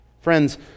Friends